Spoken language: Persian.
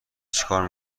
چیکار